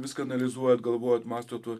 viską analizuojat galvojat mąstot